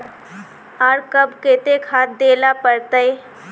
आर कब केते खाद दे ला पड़तऐ?